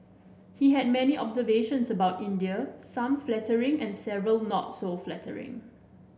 he had many observations about India some flattering and several not so flattering